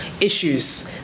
issues